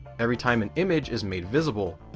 every time an image is made visible,